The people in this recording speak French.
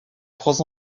trois